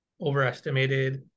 overestimated